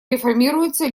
реформируются